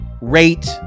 rate